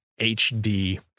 HD